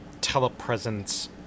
telepresence